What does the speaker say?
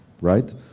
right